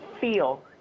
feel